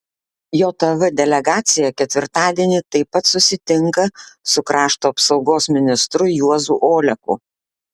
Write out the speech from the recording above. jav delegacija ketvirtadienį taip pat susitinka su krašto apsaugos ministru juozu oleku